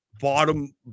bottom